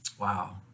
Wow